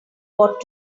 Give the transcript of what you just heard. what